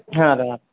ಹಾಂ ರೀ